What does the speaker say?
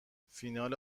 فینال